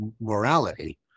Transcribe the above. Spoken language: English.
morality